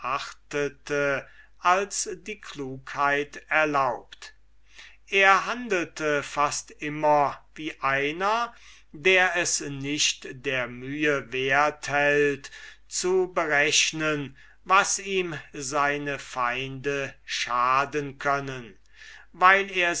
als die klugheit erlaubte er handelte fast immer wie einer der es nicht der mühe wert hält zu berechnen was ihm seine feinde schaden können weil er